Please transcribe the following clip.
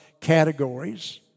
categories